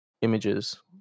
images